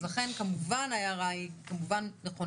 אז לכן כמובן ההערה היא נכונה.